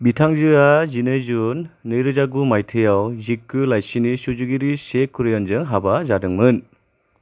बिथांजोआ जिनै जुन नै रोजा गु मायथायाव जीक्यू लाइसिनि सुजुगिरि चे कुरियनजों हाबा जादोंमोन